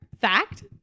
Fact